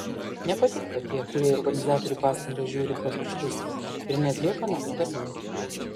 nepatinka tie kurie į organizatorių pastangas žiūri pro pirštus ir neatlieka namų darbų